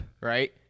Right